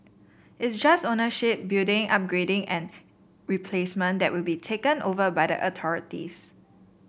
it's just ownership building upgrading and replacement that will be taken over by the authorities